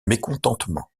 mécontentement